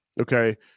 Okay